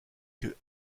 que